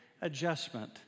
adjustment